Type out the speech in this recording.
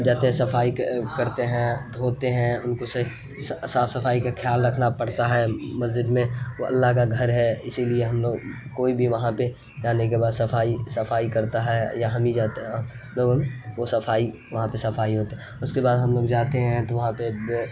جاتے ہیں صفائی کرتے ہیں دھوتے ہیں ان کو صاف صفائی کا خیال رکھنا پڑتا ہے مسجد میں وہ اللہ کا گھر ہے اسی لیے ہم لوگ کوئی بھی وہاں پہ جانے کے بعد صفائی صفائی کرتا ہے یا ہمی جاتے ہیں لوگ وہ صفائی وہاں پہ صفائی ہوتا ہے اس کے بعد ہم لوگ جاتے ہیں تو وہاں پہ